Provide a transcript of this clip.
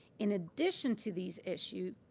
in addition to these issues,